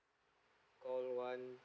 call one